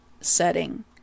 setting